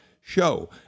show